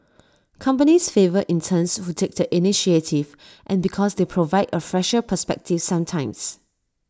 companies favour interns who take the initiative and because they provide A fresher perspective sometimes